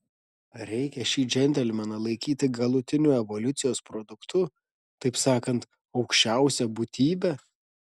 ar reikia šį džentelmeną laikyti galutiniu evoliucijos produktu taip sakant aukščiausia būtybe